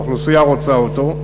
האוכלוסייה רוצה אותו,